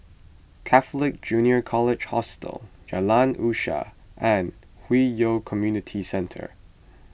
Catholic Junior College Hostel Jalan Usaha and Hwi Yoh Community Centre